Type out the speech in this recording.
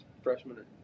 Freshman